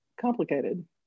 complicated